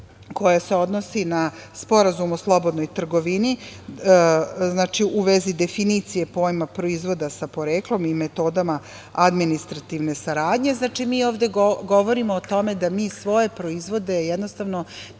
koja se odnosi na Sporazum o slobodnoj trgovini, u vezi definicije pojma „proizvoda sa poreklom“ i metodama administrativne saradnje, znači, mi ovde govorimo o tome da mi svoje proizvode jednostavno